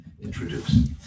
introduce